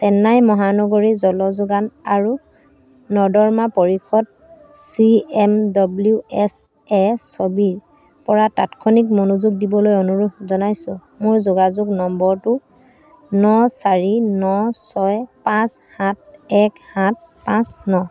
চেন্নাই মহানগৰী জল যোগান আৰু নৰ্দমা পৰিষদ C M W S S B ৰ পৰা তাৎক্ষণিক মনোযোগ দিবলৈ অনুৰোধ জনাইছো মোৰ যোগাযোগ নম্বৰটো ন চাৰি ন ছয় পাঁচ সাত এক সাত পাঁচ ন